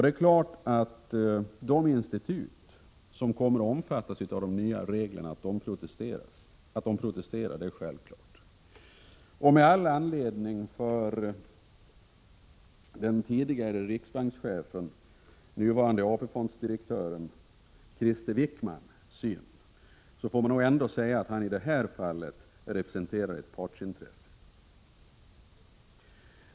Det är klart att de institut som kommer att omfattas av de nya reglerna protesterar. Med all aktning för den tidigare riksbankschefen, nuvarande AP-fondsdirektören Krister Wickmans syn får man ändå säga att han i det här fallet representerar ett partsintresse.